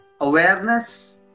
awareness